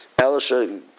Elisha